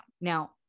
Now